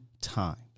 times